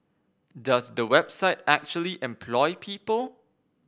does the website actually employ people